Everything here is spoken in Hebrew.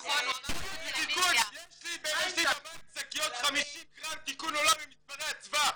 בטלוויזיה -- יש לי בבית שקיות 50 גרם תיקון עולם עם מספרי אצווה.